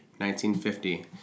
1950